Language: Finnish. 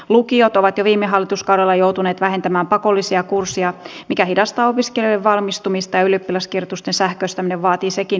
lukiot ovat jo viime hallituskaudella joutuneet vähentämään pakollisia kursseja mikä hidastaa opiskelijoiden valmistumista ja ylioppilaskirjoitusten sähköistäminen vaatii sekin ylimääräisiä resursseja